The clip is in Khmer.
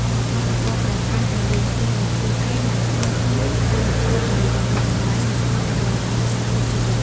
របស់របរប្រើប្រាស់ដែលយើងទិញដោយខ្លួនឯងនឹងក្លាយជាអនុស្សាវរីយ៍ដ៏មានតម្លៃនៅក្នុងដំណើរកម្សាន្តនៃជីវិត។